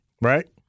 right